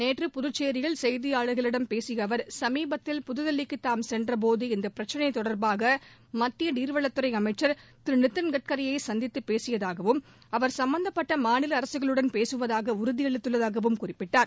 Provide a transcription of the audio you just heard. நேற்று புதுச்சேரியில் செய்தியாளர்களிடம் பேசிய அவர் சமீபத்தில் புதுதில்லிக்கு தாம் சென்றபோது இந்தப் பிரச்னை தொடர்பாக மத்திய நீர்வளத்துறை அமைச்சர் திரு நிதின் கட்கரியை சந்தித்துப் பேசியதாகவும் அவர் சம்பந்தப்பட்ட மாநில அரசுகளுடன் பேசுவதாக உறுதியளித்துள்ளதாகவும் குறிப்பிட்டார்